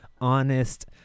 honest